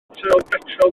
betrol